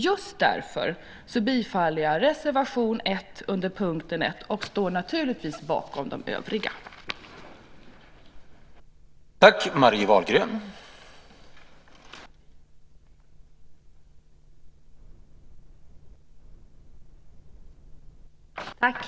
Just därför bifaller jag reservation 1 under punkt 1 och står naturligtvis bakom våra övriga reservationer.